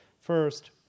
First